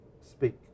speak